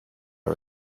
are